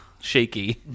Shaky